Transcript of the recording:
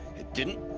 it didn't.